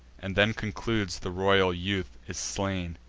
and then concludes the royal youth is slain.